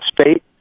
state